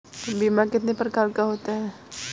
बीमा कितने प्रकार का होता है?